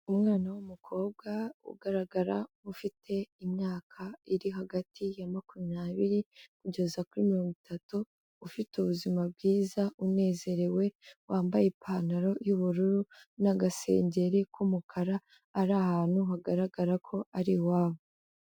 Umwana w'umukobwa ugaragara nk'ufite imyaka iri hagati ya makumyabiri kugeza kuri mirongo itatu, ufite ubuzima bwiza unezerewe, wambaye ipantaro y'ubururu n'agasengeri k'umukara, ari ahantu hagaragara ko ari iwabo.